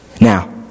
Now